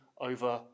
over